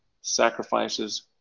sacrifices